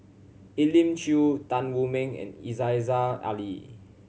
Elim Chew Tan Wu Meng and Aziza Ali